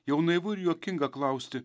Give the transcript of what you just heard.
jau naivu ir juokinga klausti